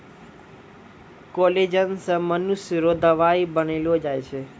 collagen से मनुष्य रो दवाई बनैलो जाय छै